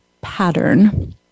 pattern